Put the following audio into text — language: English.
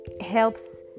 helps